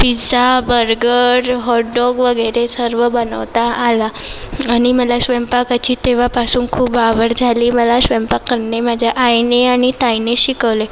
pizza burger hot dog वगैरे सर्व बनवता आला आणि मला स्वयंपाकाची तेव्हापासून खूप आवड झाली मला स्वयंपाक करणे माझ्या आईने आणि ताईने शिकवले